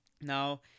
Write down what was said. Now